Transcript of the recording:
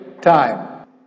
time